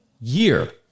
year